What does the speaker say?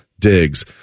digs